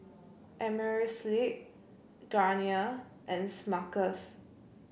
Amerisleep Garnier and Smuckers